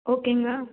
ஓகேங்களா